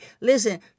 Listen